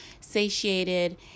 satiated